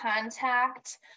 contact